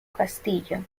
castillo